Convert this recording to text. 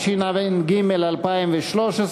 התשע"ג 2013,